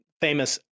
famous